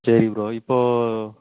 சரி ப்ரோ இப்போது